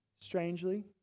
Strangely